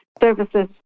services